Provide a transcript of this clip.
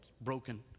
broken